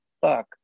fuck